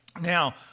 Now